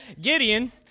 Gideon